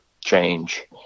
change